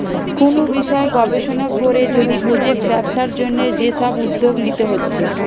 কুনু বিষয় গবেষণা কোরে যদি প্রজেক্ট ব্যবসার জন্যে যে সব উদ্যোগ লিতে হচ্ছে